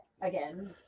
again